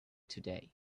today